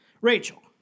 Rachel